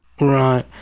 Right